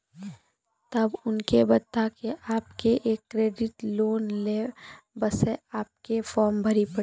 तब उनके बता के आपके के एक क्रेडिट लोन ले बसे आपके के फॉर्म भरी पड़ी?